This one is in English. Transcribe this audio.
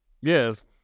Yes